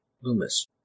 Loomis